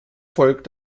volk